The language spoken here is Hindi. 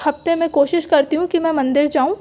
हफ्ते में कोशिश करती हूँ कि मैं मंदिर जाऊँ